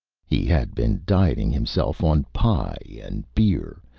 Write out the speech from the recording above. he had been dieting himself on pie and beer,